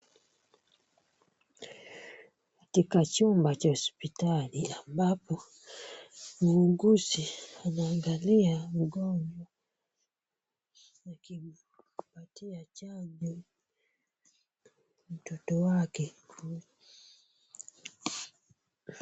Katika chumba cha hospitali ambapo muuguzi anaangalia mgonjwa akimpatia chanjo mtoto wake.